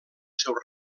seu